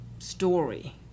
Story